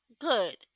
good